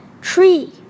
Tree